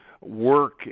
work